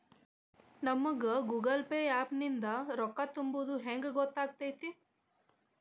ನಮಗ Google Pay app ನಿಂದ ರೊಕ್ಕಾ ತುಂಬಿದ್ದ ಹೆಂಗ್ ಗೊತ್ತ್ ಆಗತೈತಿ?